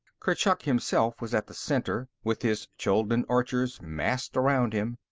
kurchuk himself was at the center, with his chuldun archers massed around him.